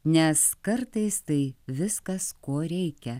nes kartais tai viskas ko reikia